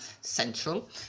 Central